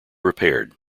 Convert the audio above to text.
repaired